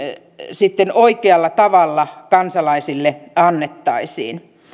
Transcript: sitten oikealla tavalla kansalaisille annettaisiin